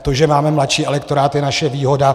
To, že máme mladší elektorát, je naše výhoda.